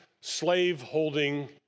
slave-holding